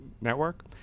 Network